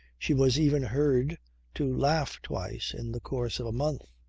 she was even heard to laugh twice in the course of a month.